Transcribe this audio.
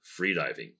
freediving